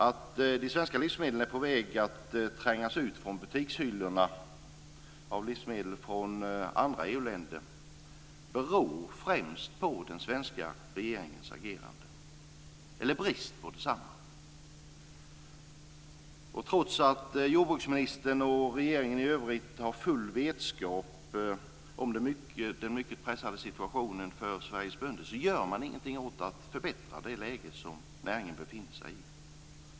Att de svenska livsmedlen är på väg att trängas ut från butikshyllorna av livsmedel från andra EU-länder beror främst på den svenska regeringens agerande, eller brist på detsamma. Trots att jordbruksministern och regeringen i övrigt har full vetskap om den mycket pressade situationen för Sveriges bönder gör man ingenting för att förbättra det läge näringen befinner sig i.